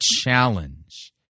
challenge